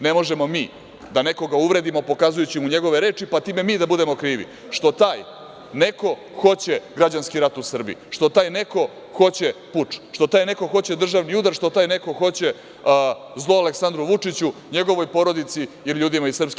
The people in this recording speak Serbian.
Ne možemo mi da nekoga uvredimo, pokazujući mu njegove reči, pa time mi da budemo krivi što taj neko hoće građanski rat u Srbiji, što taj neko hoće puč, što taj neko hoće državni udar, što taj neko hoće zlo Aleksandru Vučiću, njegovoj porodici ili ljudima iz SNS.